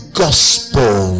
gospel